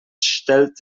stellt